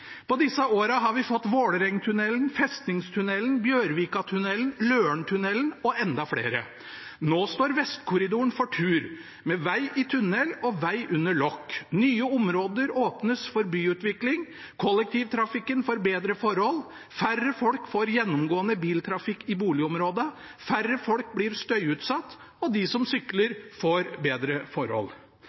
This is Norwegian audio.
På disse årene har vi fått Vålerengtunnelen, Festningstunnelen, Bjørvikatunnelen, Lørentunnelen og enda flere. Nå står Vestkorridoren for tur – med veg i tunnel og veg under lokk. Nye områder åpnes for byutvikling, kollektivtrafikken får bedre forhold, færre folk får gjennomgående biltrafikk i boligområdene, færre folk blir støyutsatt, og de som sykler, får bedre forhold.